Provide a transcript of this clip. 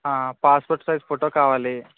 passport size photo కావాలి